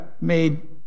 made